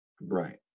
Right